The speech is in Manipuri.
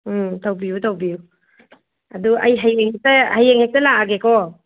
ꯎꯝ ꯇꯧꯕꯤꯌꯨ ꯇꯧꯕꯤꯌꯨ ꯑꯗꯨ ꯑꯩ ꯍꯌꯦꯡꯁꯦ ꯍꯌꯦꯡ ꯍꯦꯛꯇ ꯂꯥꯛꯑꯒꯦ ꯀꯣ